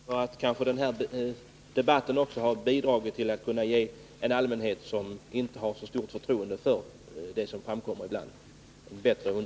Herr talman! Jag tackar budgetministern än en gång. Kanske har den här debatten bidragit till att ge ett bättre underlag också för den allmänhet som inte har så stort förtroende för det som framkommer ibland.